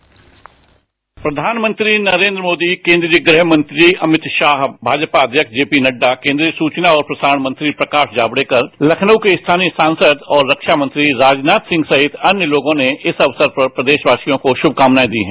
dispatch प्रधानमंत्री नरेंद्र मोदी केंद्रीय गृह मंत्री अमित शाह भाजपा अध्यक्ष जेपी नड्डा केंद्रीय सूचना और प्रसारण मंत्री प्रकाश जावड़ेकर लखनऊ के स्थानीय सांसद और रक्षा मंत्री राजनाथ सिंह सहित अन्य लोगों ने इस अवसर पर प्रदेशवासियों को शुभकामनाएं दी हैं